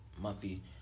monthly